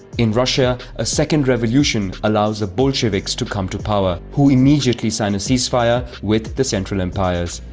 in russia, a second revolution allows the bolsheviks to come to power, who immediately sign a ceasefire with the central empires.